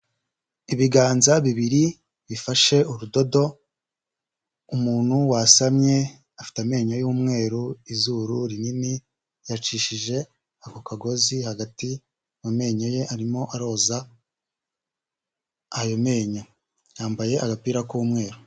Ibiganza bibiri bifashe urudodo, umuntu wasamye afite amenyo y'umweru, izuru rinini yacishije ako kagozi hagati mu menyo ye, arimo aroza ayo menyo yambaye agapira k'umweru.